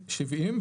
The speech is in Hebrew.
"70.